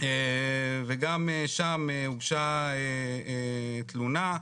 וגם שם הוגשה תלונה,